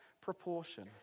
proportion